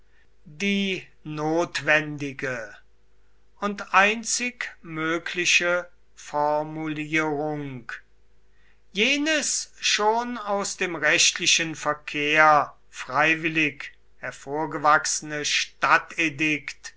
die notwendige und einzig mögliche formulierung jenes schon aus dem rechtlichen verkehr freiwillig hervorgewachsene